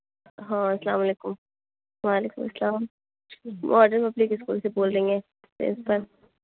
ہاں السّلام علیکم وعلیکم السّلام ماڈرن پبلک اسکول سے بول رہی ہیں پرینسپل